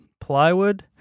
plywood